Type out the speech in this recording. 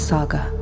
Saga